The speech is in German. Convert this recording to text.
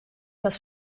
das